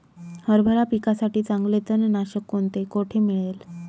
हरभरा पिकासाठी चांगले तणनाशक कोणते, कोठे मिळेल?